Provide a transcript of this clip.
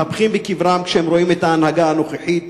מתהפכים בקברם כשהם רואים את ההנהגה הנוכחית,